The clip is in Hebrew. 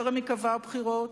עוד טרם היקבע הבחירות,